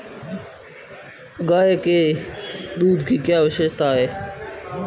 गाय के दूध की क्या विशेषता है?